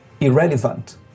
irrelevant